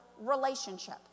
relationship